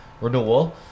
renewal